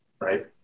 right